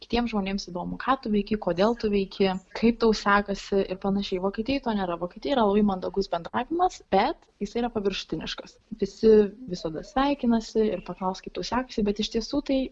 kitiems žmonėms įdomu ką tu veiki kodėl tu veiki kaip tau sekasi ir panašiai vokietijoj to nėra vokietijoj yra labai mandagus bendravimas bet jis yra paviršutiniškas visi visada sveikinasi ir paklaus kaip tau sekasi bet iš tiesų tai